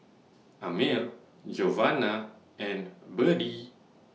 Amir Giovanna and Byrdie